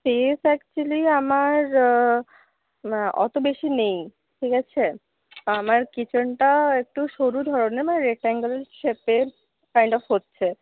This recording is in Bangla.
স্পেস অ্যাকচুয়েলি আমার অত বেশি নেই ঠিক আছে আমার কিচেনটা একটু সরু ধরনের মানে রেকট্যাঙ্গেল শেপের কাইন্ড অব হচ্ছে